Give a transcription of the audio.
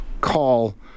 call